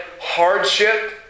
hardship